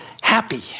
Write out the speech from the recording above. happy